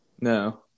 no